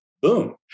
boom